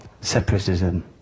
separatism